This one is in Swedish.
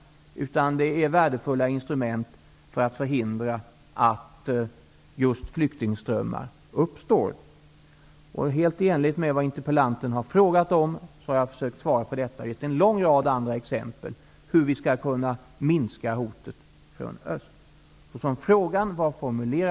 Det är ett värdefullt instrument för att förhindra att just flyktingströmmar uppstår. Jag har försökt att svara helt i enlighet med vad interpellanten har frågat, och jag har givit en lång rad andra exempel på hur vi skall kunna minska hotet från öst.